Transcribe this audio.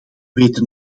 weten